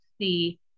see